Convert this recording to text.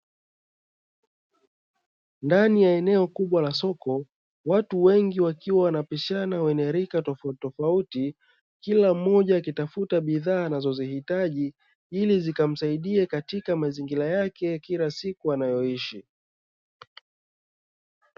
Ndani ya eneo kubwa la soko watu wengi wakiwa wanapishana wenye rika tofautitofauti, kila mmoja akitafuta bidhaa anazozihitaji ili zikamsaidie katika mazingira yake ya kila siku anayoishi.